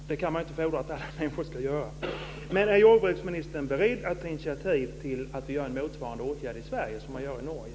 Det kan man ju inte fordra att alla människor ska göra. Är jordbruksministern beredd att ta initiativ till att vi vidtar åtgärder i Sverige motsvarande dem man har i Norge?